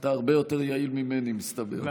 אתה הרבה יותר יעיל ממני, מסתבר.